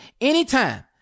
anytime